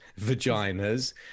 vaginas